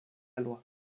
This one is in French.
loi